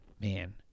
Man